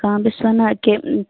آ بہٕ چھَس وَنان کہِ